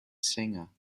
singer